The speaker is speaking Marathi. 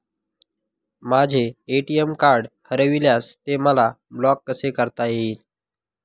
माझे ए.टी.एम कार्ड हरविल्यास ते मला ब्लॉक कसे करता येईल?